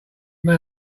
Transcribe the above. men